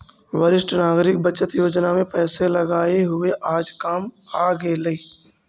वरिष्ठ नागरिक बचत योजना में पैसे लगाए हुए आज काम आ गेलइ